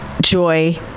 joy